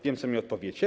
Wiem, co mi odpowiecie.